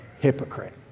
hypocrite